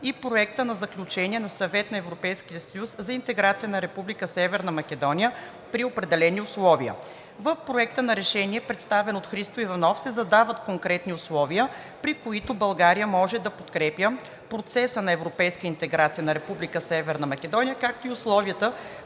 и Проекта за Заключение на Съвета на ЕС за интеграцията на Република Северна Македония при определени условия. В Проекта на решение, представен от Христо Иванов, се задават конкретни условия, при които България може да подкрепя процеса на европейска интеграция на Република Северна Македония, както и условията,